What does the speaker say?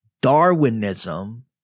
Darwinism